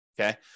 okay